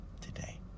today